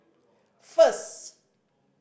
first